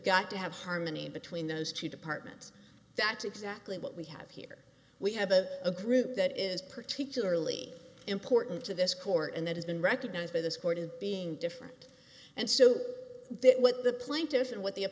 got to have harmony between those two departments that's exactly what we have here we have a group that is particularly important to this court and that has been recognized by this court of being different and so what the plaintiff and what the